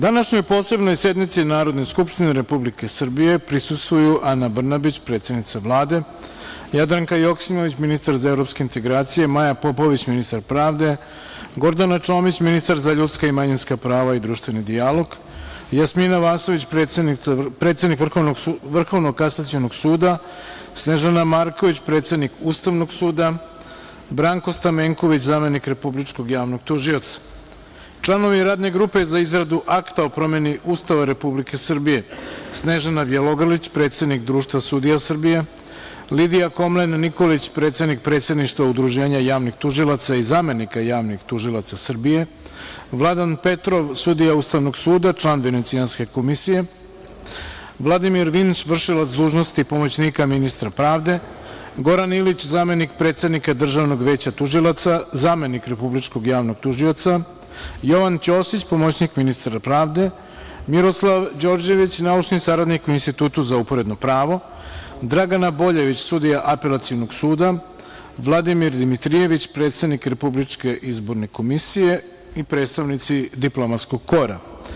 Današnjoj Posebnoj sednici Narodne skupštine Republike Srbije prisustvuju Ana Brnabić, predsednica Vlade, Jadranka Joksimović, ministar za evropske integracije, Maja Popović, ministar pravde, Gordana Čomić, ministar za ljudska i manjinska prava i društveni dijalog, Jasmina Vasović, predsednik Vrhovnog kasacionog suda, Snežana Marković, predsednik Ustavnog suda, Branko Stamenković, zamenik Republičkog javnog tužioca, članovi Radne grupe za izradu Akta o promeni Ustava Republike Srbije Snežana Bjelogrlić, predsednik Društva sudija Srbije, Lidija Komlen Nikolić, predsednik predsedništva Udruženja javnih tužilaca i zamenika javnih tužilaca Srbije, Vladan Petrov, sudija Ustavnog suda, član Venecijanske komisije, Vladimir Vinš, vršilac dužnosti pomoćnika ministra pravde, Goran Ilić, zamenik predsednika Državnog veća tužilaca, zamenik Republičkog javnog tužioca, Jovan Ćosić, pomoćnik ministra pravde, Miroslav Đorđević, naučni saradnik u Institutu za uporedno pravo, Dragana Boljević, sudija Apelacionog suda, Vladimir Dimitrijević, predsednik Republičke izborne komisije i predstavnici diplomatskog kora.